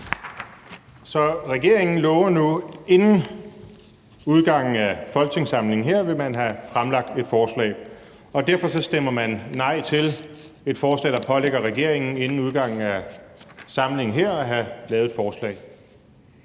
Så regeringen lover nu, at man inden udgangen af folketingssamlingen her vil have fremsat et forslag. Og derfor stemmer man nej til et forslag, der pålægger regeringen inden udgangen af samlingen her at have lavet et forslag.